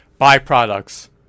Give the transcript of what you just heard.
byproducts